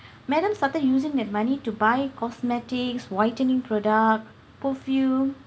madam started using that money to buy cosmetics whitening product perfume